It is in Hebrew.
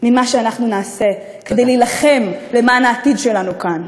ממה שאנחנו נעשה כדי להילחם למען העתיד שלנו כאן.